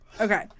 Okay